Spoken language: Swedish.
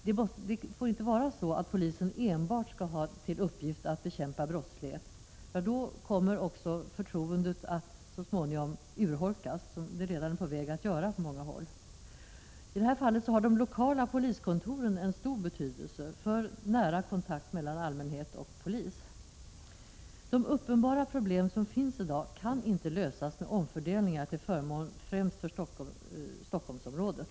Polisen skall inte enbart ha till uppgift att bekämpa brottslighet, för då kommer också förtroendet så småningom att urholkas, så som det redan är på väg att ske på många håll. Det lokala poliskontoret har stor betydelse för denna kontakt mellan allmänhet och polis. De uppenbara problem som i dag finns kan inte lösas genom omfördelningar till förmån främst för Stockholmsområdet.